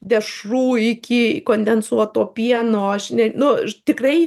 dešrų iki kondensuoto pieno aš ne nu ž tikrai